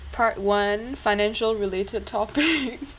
part one financial related topic